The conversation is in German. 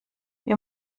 wir